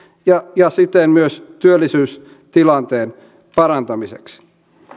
ja siten myös työllisyystilanteen parantamiseksi